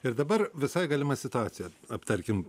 ir dabar visai galima situacija aptarkim